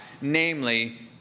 namely